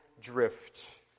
drift